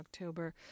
October